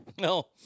No